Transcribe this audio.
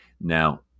Now